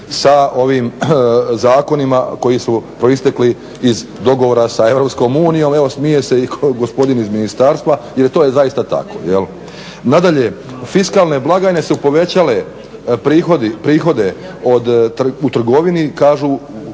sa ovim zakonima koji su proistekli iz dogovora sa EU. Evo smije se i gospodin iz ministarstva, jer to je zaista tako. Nadalje, fiskalne blagajne su povećale prihode u trgovini, kažu